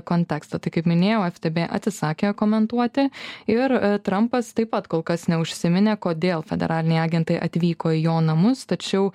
kontekstą tai kaip minėjau ftb atsisakė komentuoti ir trampas taip pat kol kas neužsiminė kodėl federaliniai agentai atvyko į jo namus tačiau